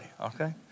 okay